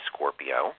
Scorpio